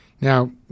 Now